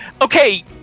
okay